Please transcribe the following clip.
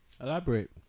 Elaborate